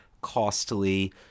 costly